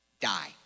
Die